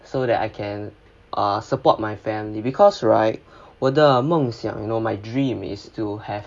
so that I can ah support my family because right 我的梦想 you know my dream is to have